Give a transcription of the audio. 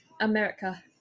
America